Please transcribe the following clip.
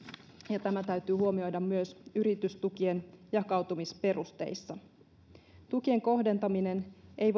ja tämä täytyy huomioida myös yritystukien jakautumisperusteissa tukien kohdentaminen ei